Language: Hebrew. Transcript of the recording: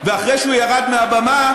ואחרי שהוא ירד מהבמה,